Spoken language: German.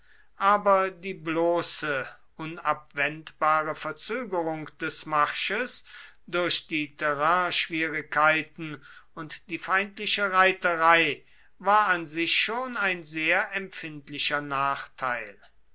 aber die bloße unabwendbare verzögerung des marsches durch die terrainschwierigkeiten und die feindlichen reiter war an sich schon ein sehr empfindlicher nachteil